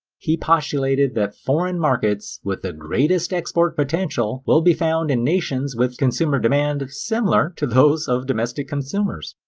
he postulated that foreign markets with the greatest export potential will be found in nations with consumer demand similar to those of domestic consumers.